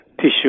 tissue